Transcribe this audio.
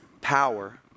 power